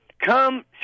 come